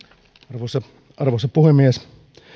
arvoisa arvoisa puhemies